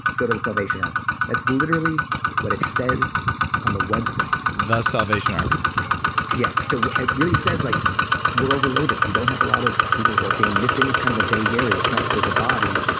go to the salvation army. that's literally what it says on the website the salvation army yeah. so it really says like we're overloaded. we don't have a lot of people working. missing is kind of a vague area. it's not like there's a body.